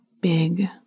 big